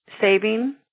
saving